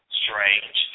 strange